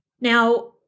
Now